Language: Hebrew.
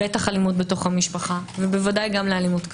בטח לאלימות במשפחה, בוודאי גם לאלימות קשה.